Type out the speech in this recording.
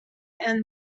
and